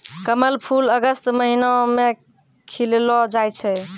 कमल फूल अगस्त महीना मे खिललो जाय छै